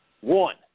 One